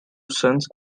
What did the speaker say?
sons